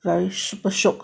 very super shiok